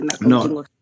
No